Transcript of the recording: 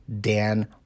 Dan